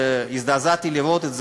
הזדעזעתי לראות את זה,